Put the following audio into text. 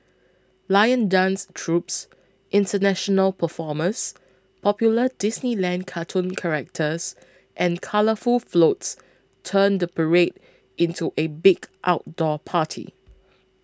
lion dance troupes international performers popular Disneyland cartoon characters and colourful floats turn the parade into a big outdoor party